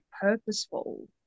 purposeful